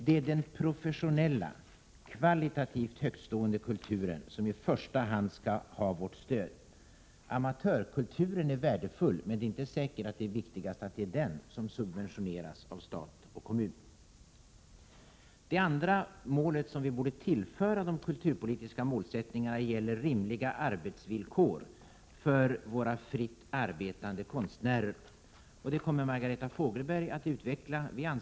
Det är den professionella, kvalitativt högstående kulturen som i första hand skall få vårt stöd. Amatörkulturen är värdefull, men det är inte säkert att det är viktigast att just den skall subventioneras av stat och kommun. Det andra mål som vi tycker borde tillföras gäller rimliga arbetsvillkor för våra fritt arbetande konstnärer. Detta kommer Margareta Fogelberg att utveckla senare i denna debatt.